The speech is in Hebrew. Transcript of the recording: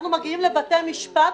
אנחנו מגיעים לבתי משפט,